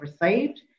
received